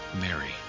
Mary